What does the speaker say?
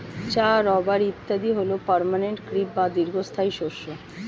চা, রাবার ইত্যাদি হল পার্মানেন্ট ক্রপ বা দীর্ঘস্থায়ী শস্য